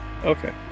Okay